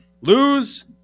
Lose